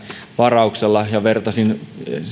varauksella ja vertasin